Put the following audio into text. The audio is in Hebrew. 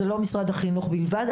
זה לא משרד החינוך בלבד.